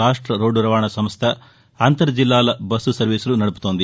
రాష్ట రోడ్డు రవాణా సంస్థ అంతర్ జిల్లాల బస్సు సర్వీసులను నడుపుతోంది